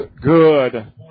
good